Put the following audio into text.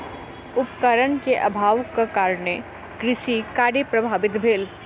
उपकरण के अभावक कारणेँ कृषि कार्य प्रभावित भेल